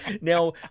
Now